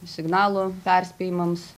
signalo perspėjimams